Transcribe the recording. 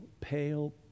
pale